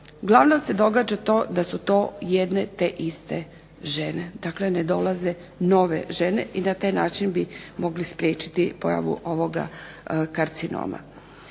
uglavnom se događa to da su to jedne te iste žene. Dakle, ne dolaze nove žene i na taj način bi mogli spriječiti pojavu ovoga karcinoma.